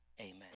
amen